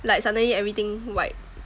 like suddenly everything white